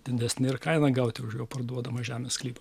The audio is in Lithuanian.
didesnę ir kainą gauti už jo parduodamą žemės sklypą